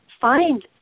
find